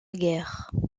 guerre